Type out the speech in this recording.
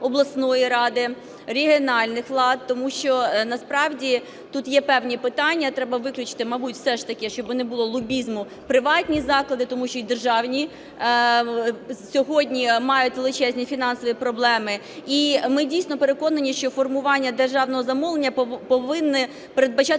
обласної ради, регіональних рад. Тому що насправді тут є певні питання, треба виключити мабуть все ж таки, щоб не було лобізму, приватні заклади, тому що і державні сьогодні мають величезні фінансові проблеми. І ми дійсно переконані, що формування державного замовлення повинно передбачати